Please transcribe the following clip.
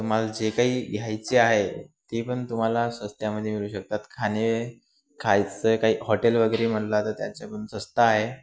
तुम्हाला जे काही घ्यायचे आहे ते पण तुम्हाला स्वस्तामध्ये मिळू शकतात खाणे खायचं काही हॉटेल वगैरे म्हणाला तर त्यांच्या पण स्वस्त आहे